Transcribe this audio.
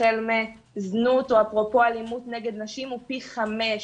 החל מזנות או אפרופו אלימות נגד נשים הוא פי חמישה.